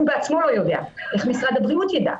הוא בעצמו לא יודע אז איך משרד הבריאות ידע?